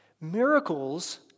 Miracles